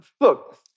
look